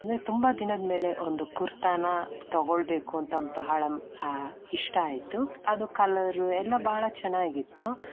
ಅಂದರೆ ತುಂಬ ದಿನದ ಮೇಲೆ ಒಂದು ಕುರ್ತಾನ ತಗೊಳ್ಳಬೇಕು ಅಂತ ಬಹಳ ಇಷ್ಟ ಆಯಿತು ಅದು ಕಲರು ಎಲ್ಲ ಬಹಳ ಚೆನ್ನಾಗಿತ್ತು